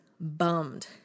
Bummed